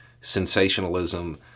sensationalism